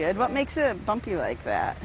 good what makes it bumpy like that